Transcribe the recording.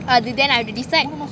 அத:atha then I decide